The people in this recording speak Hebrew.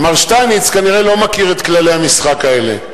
מר שטייניץ כנראה לא מכיר את כללי המשחק האלה.